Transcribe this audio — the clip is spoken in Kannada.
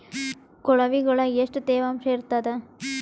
ಕೊಳವಿಗೊಳ ಎಷ್ಟು ತೇವಾಂಶ ಇರ್ತಾದ?